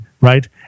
right